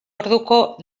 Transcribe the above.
orduko